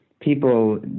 People